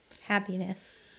happiness